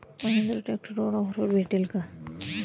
महिंद्रा ट्रॅक्टरवर ऑफर भेटेल का?